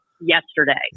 yesterday